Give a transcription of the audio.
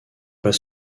pas